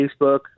Facebook